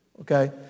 Okay